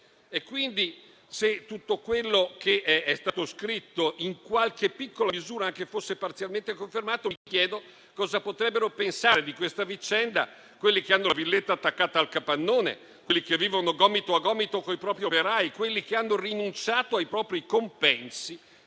Quindi, se tutto quello che è stato scritto anche in qualche piccola misura fosse parzialmente confermato, mi chiedo che cosa potrebbero pensare di questa vicenda quelli che hanno la villetta attaccata al capannone, quelli che vivono gomito a gomito con i propri operai o quelli che hanno rinunciato ai propri compensi